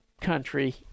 country